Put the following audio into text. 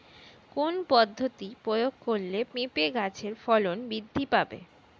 কোন পদ্ধতি প্রয়োগ করলে পেঁপে গাছের ফলন বৃদ্ধি পাবে?